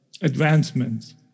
advancements